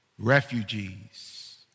Refugees